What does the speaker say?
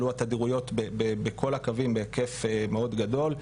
עלו התדירויות בכל הקווים בהיקף מאוד גדול.